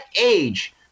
age